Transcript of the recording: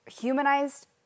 humanized